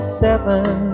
seven